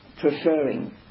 preferring